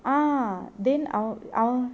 ah then uh uh